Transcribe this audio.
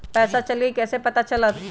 पैसा चल गयी कैसे पता चलत?